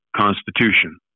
Constitution